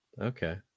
Okay